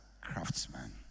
craftsman